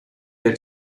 del